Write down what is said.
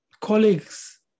colleagues